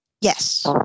Yes